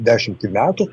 dešimtį metų